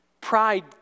Pride